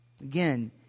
again